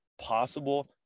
possible